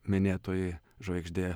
minėtoji žvaigždė